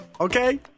okay